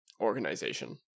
organization